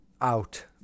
out